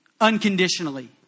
unconditionally